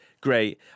great